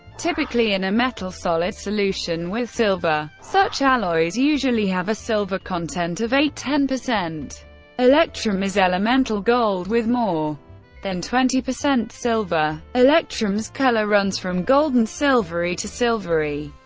typically in a metal solid solution with silver. such alloys usually have a silver content of eight ten. electrum is elemental gold with more than twenty percent silver. electrum's color runs from golden-silvery to silvery,